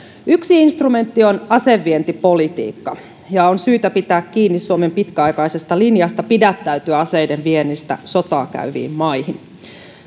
yksi instrumentti on asevientipolitiikka ja on syytä pitää kiinni suomen pitkäaikaisesta linjasta pidättäytyä aseiden viennistä sotaa käyviin maihin